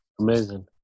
Amazing